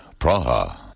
Praha